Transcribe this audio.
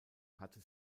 hatte